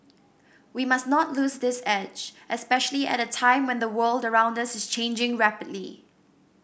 we must not lose this edge especially at a time when the world around us is changing rapidly